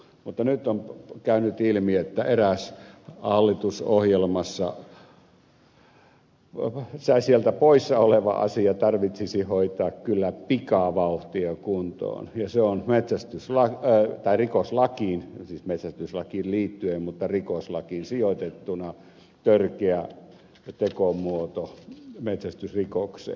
mutta nyt on käynyt ilmi että eräs hallitusohjelmasta poissa oleva asia tarvitsisi hoitaa kyllä pikavauhtia kuntoon ja se on rikoslakiin siis metsästyslakiin liittyen mutta rikoslakiin sijoitettuna törkeä tekomuoto metsästysrikokseen